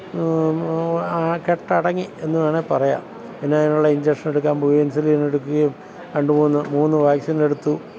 ആ കെട്ടടങ്ങി എന്ന് വേണമെങ്കിൽ പറയാം പിന്നെ അതിനുള്ള ഇന്ജെക്ക്ഷൻ എടുക്കാന് പോയി ഇന്സുലിന് എടുക്കുകയും രണ്ട് മൂന്ന് മൂന്ന് വാക്സിനെടുത്തു